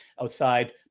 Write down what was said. outside